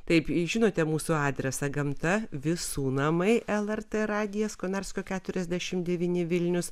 taip žinote mūsų adresą gamta visų namai lrt radijas konarskio keturiasdešimt devyni vilnius